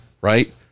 right